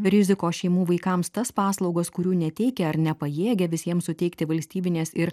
rizikos šeimų vaikams tas paslaugas kurių neteikia ar nepajėgia visiems suteikti valstybinės ir